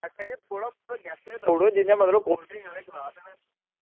एह् थोह्ड़ा मतलब गेस गै देई ओड़ो जियां मतलब कोल्ड ड्रिंक आह्ले गलास न